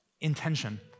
Intention